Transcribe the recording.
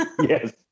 Yes